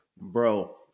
Bro